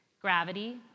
Gravity